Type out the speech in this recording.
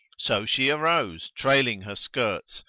so she arose trailing her skirts,